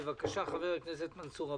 בבקשה חבר הכנסת מנסור עבאס.